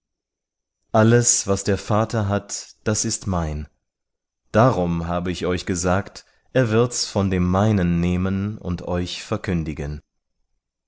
alles was der vater hat das ist mein darum habe ich euch gesagt er wird's von dem meinen nehmen und euch verkündigen